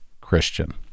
Christian